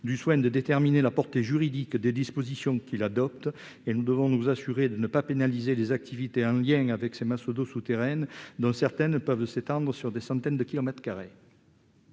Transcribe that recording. du soin de déterminer la portée juridique des dispositions qu'il adopte. Enfin, nous devons nous assurer de ne pas pénaliser les activités en lien avec ces masses d'eau souterraines, dont certaines peuvent s'étendre sur des centaines de kilomètres carrés.